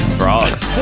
frogs